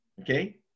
Okay